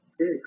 Okay